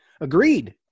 Agreed